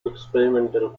experimental